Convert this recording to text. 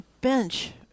bench